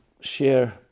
share